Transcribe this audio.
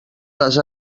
les